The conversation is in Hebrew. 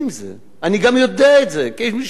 אני גם יודע את זה כאיש משטרה לשעבר.